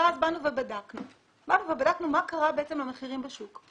ואז באנו ובדקנו מה קרה למחירים בשוק,